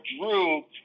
drew